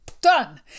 Done